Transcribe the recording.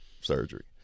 surgery